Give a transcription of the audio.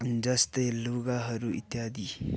जस्तै लुगाहरू इत्यादि